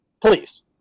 Please